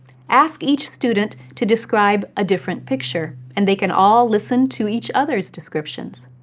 ask each student to describe a different picture, and they can all listen to each others' descriptions.